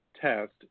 test